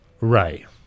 Right